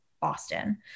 Boston